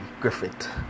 Griffith